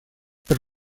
per